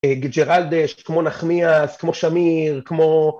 ג'רלדש, כמו נחמיאס, כמו שמיר, כמו..